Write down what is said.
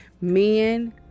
men